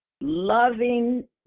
loving